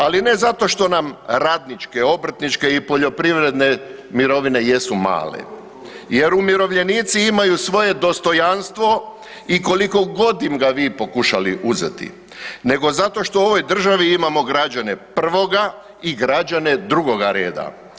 Ali ne zato što nam radničke, obrtničke i poljoprivredne mirovine jesu male, jer umirovljenici imaju svoje dostojanstvo i koliko god im ga vi pokušali uzeti, nego zato što u ovoj državi imamo građane prvoga i građane drugoga reda.